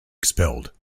expelled